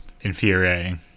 infuriating